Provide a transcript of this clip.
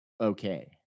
okay